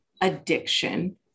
addiction